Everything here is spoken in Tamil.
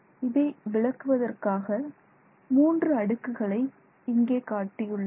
இதை விளக்குவதற்காக மூன்று அடுக்குகளை இங்கே காட்டியுள்ளேன்